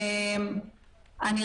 לא.